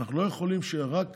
אנחנו לא יכולים שרק